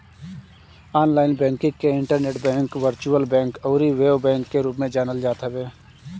online banking के internet bank, virtual bank अउरी web bank के रूप में जानल जात हवे